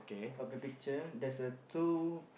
of the picture there's a two